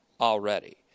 already